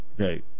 okay